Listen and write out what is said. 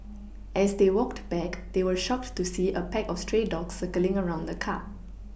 as they walked back they were shocked to see a pack of stray dogs circling around the car